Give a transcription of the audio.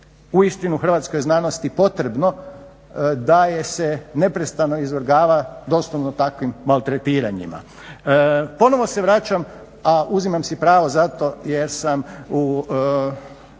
uistinu hrvatskoj znanosti potrebno da je se neprestano izvrgava doslovno takvim maltretiranjima. Ponovo se vraćam, a uzimam si pravo za to jer se